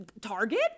target